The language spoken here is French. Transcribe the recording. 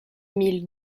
mille